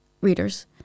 readers